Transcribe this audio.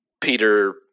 Peter